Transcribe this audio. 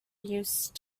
used